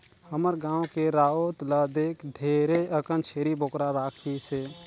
हमर गाँव के राउत ल देख ढेरे अकन छेरी बोकरा राखिसे